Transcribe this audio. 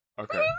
okay